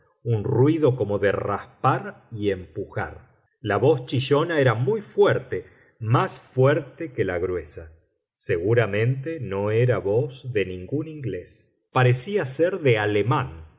un ruido como de raspar y empujar la voz chillona era muy fuerte más fuerte que la gruesa seguramente no era voz de ningún inglés parecía ser de alemán